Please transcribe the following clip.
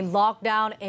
lockdown